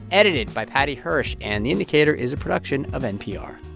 edited by paddy hirsch. and the indicator is a production of npr